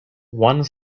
one